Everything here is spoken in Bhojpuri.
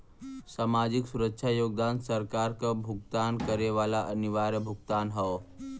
सामाजिक सुरक्षा योगदान सरकार क भुगतान करे वाला अनिवार्य भुगतान हौ